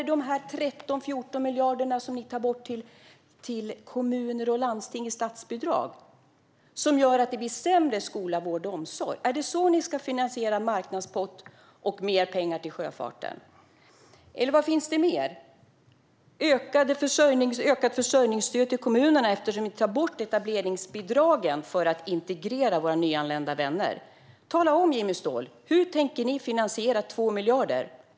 Är det de 13-14 miljarder i statsbidrag till kommuner och landsting som ni ska ta bort och som gör att det blir sämre skola, vård och omsorg? Är det så ni ska finansiera en marknadspott och mer pengar till sjöfarten? Vad finns det mer? Är det fråga om ökat försörjningsstöd till kommunerna, eftersom ni tar bort etableringsbidragen för att integrera våra nyanlända vänner? Tala om, Jimmy Ståhl, hur ni tänker finansiera 2 miljarder!